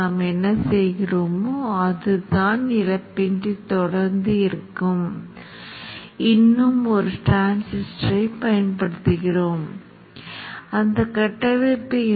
நான் என்ன செய்வேன் இப்போது உண்மையில் n ஆக உள்ள இரண்டாம் நிலை மின்னோட்டம் நான் தருகிறேன் இந்த விஷயத்தில் n என்பது இரண்டு மற்றும் இப்போது அதைத் பிளாட் செய்கிறேன் அதை விரிவாக்குகிறேன் இப்போது நீங்கள் கவனிக்க வேண்டும்